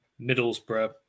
Middlesbrough